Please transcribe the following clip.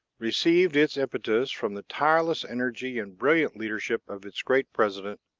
received its impetus from the tireless energy and brilliant leadership of its great president,